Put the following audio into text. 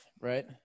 right